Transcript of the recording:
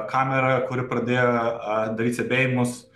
kamera kuri pradėjo daryt stebėjimus